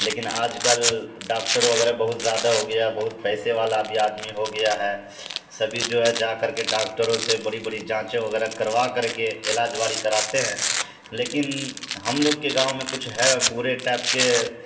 لیکن آج کل ڈاکٹر وغیرہ بہت زیادہ ہو گیا ہے بہت پیسے والا بھی آدمی ہو گیا ہے سبھی جو ہے جا کر کے ڈاکٹروں سے بڑی بڑی جانچے وغیرہ کروا کر کے علاج واڑی کراتے ہیں لیکن ہم لوگ کے گاؤں میں کچھ ہے برے ٹائپ کے